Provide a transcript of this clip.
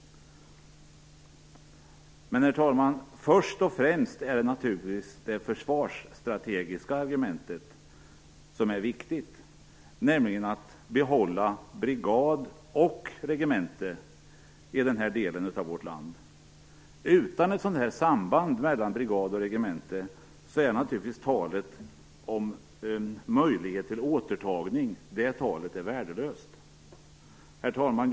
Men, herr talman, först och främst är det naturligtvis det försvarsstrategiska argumentet som är viktigt, nämligen att behålla brigad och regemente i den här delen av vårt land. Utan ett sådant samband mellan brigad och regemente är naturligtvis talet om en möjlighet till återtagning värdelöst. Herr talman!